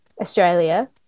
Australia